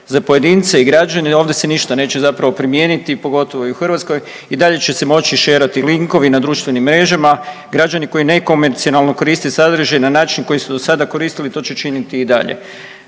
Za pojedince i građane ovdje se ništa neće zapravo primijeniti pogotovo i u Hrvatskoj, i dalje će se moći šerati linkovi na društvenim mrežama. Građani koji nekonvencionalno koriste sadržaj na način na koji su do sada koristili to će činiti i dalje.